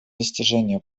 достижение